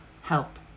help